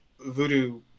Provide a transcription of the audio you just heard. voodoo